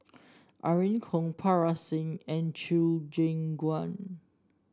Irene Khong Parga Singh and Chew Kheng Chuan